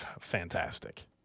fantastic